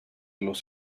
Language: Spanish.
los